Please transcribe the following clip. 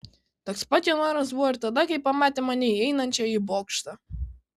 toks pat jo noras buvo ir tada kai pamatė mane įeinančią į bokštą